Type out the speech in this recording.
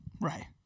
right